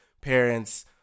parents